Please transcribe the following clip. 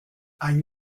ein